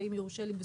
ואם יורשה לי,